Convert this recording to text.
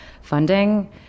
funding